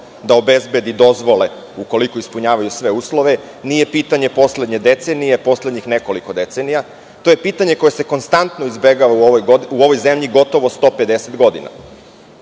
da obezbedi dozvole ukoliko ispunjavaju sve uslove, nije pitanje poslednje decenije i poslednjih nekoliko decenija, to je pitanje koje se konstantno izbegava u ovoj zemlji gotovo 150 godina.